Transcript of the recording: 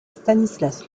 stanislas